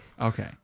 Okay